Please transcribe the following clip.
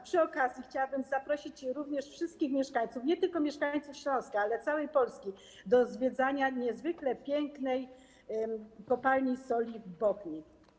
Przy okazji chciałabym zaprosić wszystkich mieszkańców, nie tylko mieszkańców Śląska, ale i całej Polski, do zwiedzania niezwykle pięknej Kopalni Soli Bochnia.